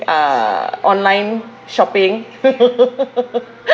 uh online shopping